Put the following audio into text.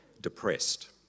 depressed